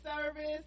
service